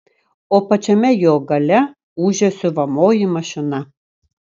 o pačiame jo gale ūžia siuvamoji mašina